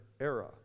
era